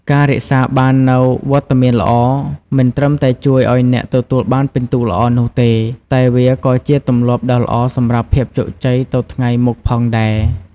ការរក្សាបាននូវវត្តមានល្អ មិនត្រឹមតែជួយឱ្យអ្នកទទួលបានពិន្ទុល្អនោះទេ តែវាក៏ជាទម្លាប់ដ៏ល្អសម្រាប់ភាពជោគជ័យទៅថ្ងៃមុខផងដែរ។